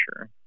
sure